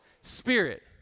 Spirit